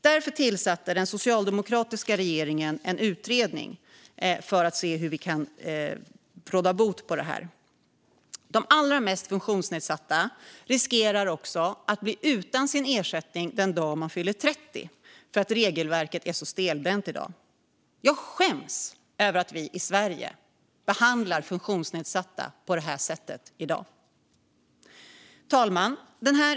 Därför tillsatte den socialdemokratiska regeringen en utredning för att se hur vi kan råda bot på problemet. De allra mest funktionsnedsatta riskerar att bli utan sin ersättning den dag de fyller 30 på grund av att dagens regelverk är så stelbent. Jag skäms över att vi i Sverige behandlar funktionsnedsatta på det sättet i dag. Herr talman!